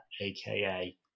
aka